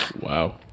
Wow